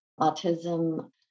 autism